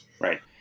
Right